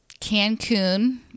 cancun